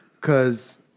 Cause